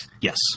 Yes